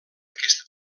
aquesta